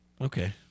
Okay